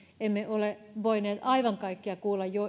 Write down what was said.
emme ole voineet kuulla aivan kaikkia